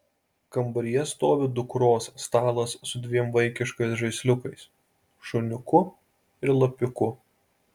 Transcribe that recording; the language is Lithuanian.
kambaryje stovi dukros stalas su dviem vaikiškais žaisliukais šuniuku ir lapiuku